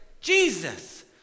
Jesus